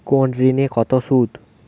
কোন ঋণে কত সুদ?